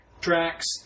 tracks